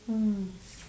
mm